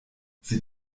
sie